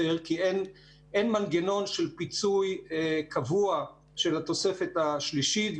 כי אין מנגנון של פיצוי קבוע של התוספת השלישית,